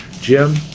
Jim